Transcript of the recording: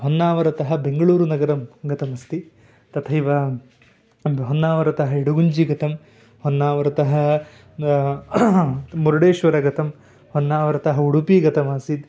होन्नावरतः बेङ्गळूरु नगरं गतमस्ति तथैव होन्नावरतः इडगुञ्जि गतं होन्नावरतः मुरुडेश्वर गतं होन्नावरतः उडुपि गतमासीत्